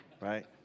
Right